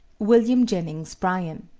william jennings bryan.